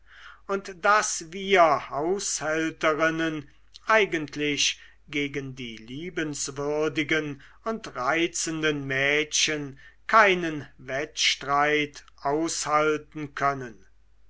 und daß wir haushälterinnen eigentlich gegen die liebenswürdigen und reizenden mädchen keinen wettstreit aushalten können